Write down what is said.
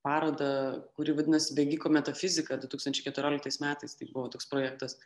parodą kuri vadinasi bėgiko metafizika du tūkstančiai keturioliktais metais tai buvo toks projektas